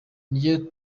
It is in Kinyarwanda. n’iryo